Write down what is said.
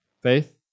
Faith